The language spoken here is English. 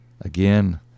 Again